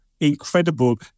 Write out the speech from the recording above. incredible